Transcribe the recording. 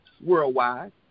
worldwide